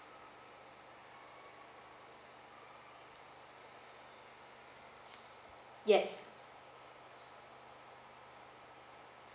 yes